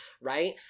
right